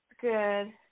Good